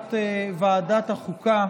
ועדת החוקה,